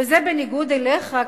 וזה בניגוד אליך,